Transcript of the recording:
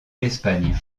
l’espagne